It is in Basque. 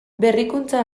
berrikuntza